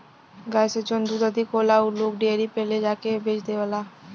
गाय से जौन दूध अधिक होला उ लोग डेयरी पे ले जाके के बेच देवला